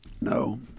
No